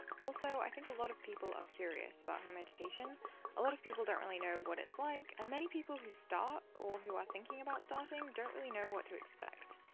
also, i think a lot of people are curious about home-education a lot of people don't really know what it's like and many people who start, or who are thinking about starting don't really know what to expect.